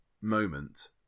moment